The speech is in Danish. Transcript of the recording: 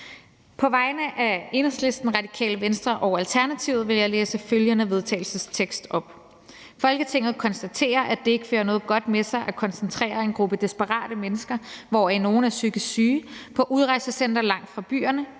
På vegne af Enhedslisten, Radikale Venstre og Alternativet vil jeg læse følgende vedtagelsestekst op: Forslag til vedtagelse »Folketinget konstaterer, at det ikke fører noget godt med sig at koncentrere en gruppe desperate mennesker, hvoraf nogle er psykisk syge, på udrejsecentre langt fra byerne,